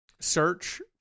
search